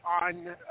on